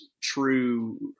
true